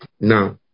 now